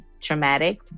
traumatic